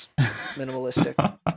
minimalistic